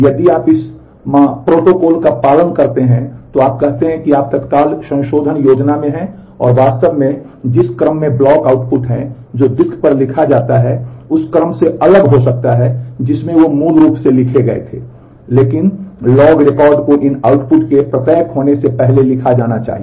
यदि आप इस मा प्रोटोकॉल का पालन करते हैं तो आप कहते हैं कि आप तत्काल संशोधन योजना में हैं और वास्तव में जिस क्रम में ब्लॉक आउटपुट हैं जो डिस्क पर लिखा जाता है उस क्रम से अलग हो सकता है जिसमें वे मूल रूप से लिखे गए थे लेकिन लॉग रिकॉर्ड को इन आउटपुट के प्रत्येक होने से पहले लिखा जाना चाहिए